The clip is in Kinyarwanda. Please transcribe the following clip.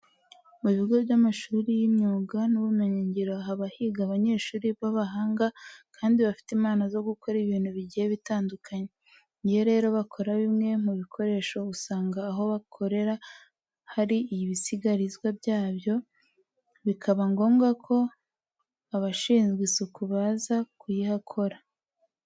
Mu bigo by'amashuri y'imyuga n'ubumenyingiro haba higa abanyeshuri b'abahanga kandi bafite impano zo gukora ibintu bigiye bitandukanye. Iyo rero bakora bimwe mu bikoresho, usanga aho bakoreye hari ibisigarizwa byabyo bikaba ngombwa ko abashinzwe isuku baza kuyihakora.